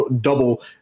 double